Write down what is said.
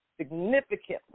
significantly